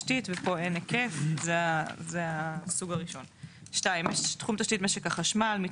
תשתית לאומית טור ג' היקף פעילות או תנאים אחרים 1. כלל תחומי התשתית מנהרת תקווי תשתית 2. משק החשמל מיתקן